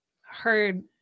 heard